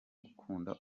gukunda